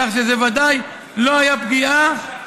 כך שזו ודאי לא הייתה פגיעה,